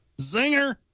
Zinger